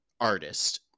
artist